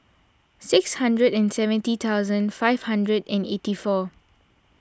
six hundred and seventy thousand five hundred and eighty four